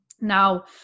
Now